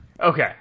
Okay